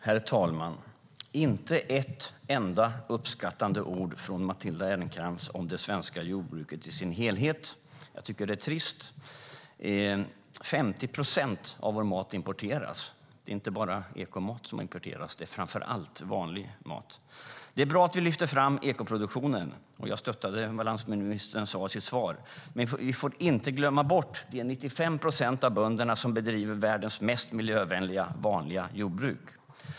Herr talman! Det kom inte ett enda uppskattande ord från Matilda Ernkrans om det svenska jordbruket i dess helhet. Jag tycker att det är trist. 50 procent av vår mat importeras. Det är inte bara ekomat som importeras, utan framför allt vanlig mat. Det är bra att vi lyfter fram ekoproduktionen, och jag stöder det landsbygdsministern sade i sitt svar. Men vi får inte glömma bort de 95 procent av bönderna som bedriver världens mest miljövänliga vanliga jordbruk.